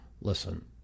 Listen